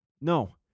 No